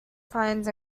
fines